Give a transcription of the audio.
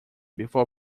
before